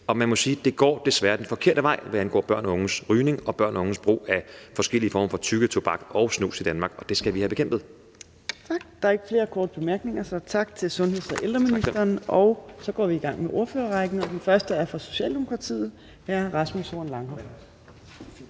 Man må sige, at det desværre går den forkerte vej, hvad angår børn og unges rygning og børn og unges brug af forskellige former for tyggetobak og snus i Danmark, og det skal vi have bekæmpet. Kl. 15:18 Fjerde næstformand (Trine Torp): Tak. Der er ikke flere korte bemærkninger, så tak til sundheds- og ældreministeren. Og så går vi i gang med ordførerrækken, og den første er fra Socialdemokratiet: Hr. Rasmus Horn Langhoff.